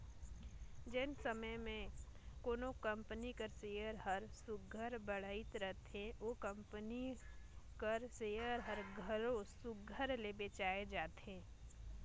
जेन समे में कोनो कंपनी कर सेयर हर सुग्घर बइढ़ रहथे ओ कंपनी कर सेयर हर घलो सुघर ले बेंचाए जाथे